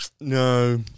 no